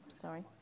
Sorry